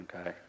okay